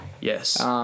Yes